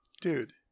dude